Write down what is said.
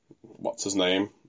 What's-his-name